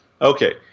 Okay